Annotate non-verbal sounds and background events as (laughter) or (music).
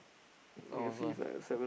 now also eh (breath)